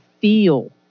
feel